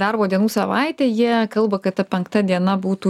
darbo dienų savaitė jie kalba kad ta penkta diena būtų